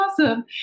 awesome